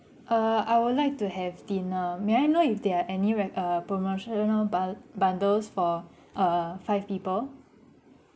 err I would like to have dinner may I know if there any re~ err promotional bun~ bundles for err five people